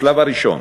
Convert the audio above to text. בשלב הראשון,